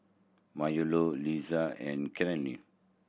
Marylou Lisha and Cleola